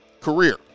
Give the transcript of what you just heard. career